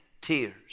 tears